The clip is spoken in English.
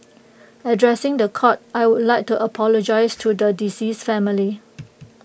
addressing The Court I would like to apologise to the deceased's family